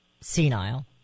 senile